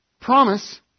Promise